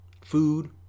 food